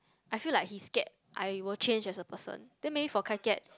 I feel like he scared I will change as a person then maybe for Kai-Kiat